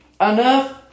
enough